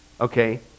okay